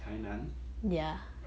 台南